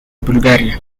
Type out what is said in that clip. bulgaria